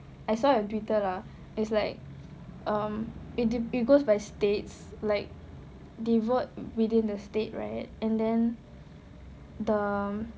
I saw on Twitter lah it's like um it dep~ it goes by states like they vote within the state right and then the